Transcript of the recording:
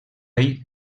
ell